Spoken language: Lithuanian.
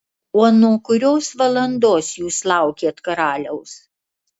o nuo kurios valandos jūs laukėt karaliaus